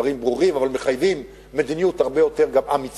הדברים ברורים אבל מחייבים מדיניות גם הרבה יותר אמיצה,